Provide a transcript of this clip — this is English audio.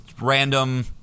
random